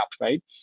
right